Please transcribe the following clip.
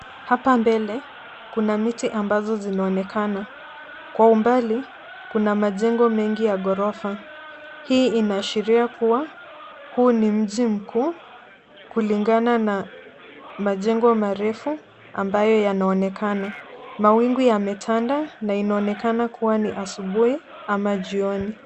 Hapa mbele kuna miti ambazo zinaonekana. Kwa mbali, kuna majengo mengi ya ghorofa, hii inaashiria kuwa huu ni mji mkuu kulingana na majengo marefu ambayo yanaonekana. Mawingu yametanda na inaonekana kuwa ni asubuhi ama jioni.